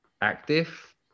active